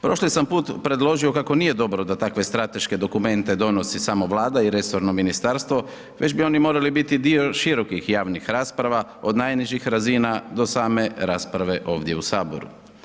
Prošli sam put predložio kako nije dobro da takve strateške dokumente donosi samo Vlada i resorno ministarstvo već bi oni morali biti dio širokih javnih rasprava od najnižih razina do same rasprave ovdje u saboru.